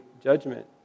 judgment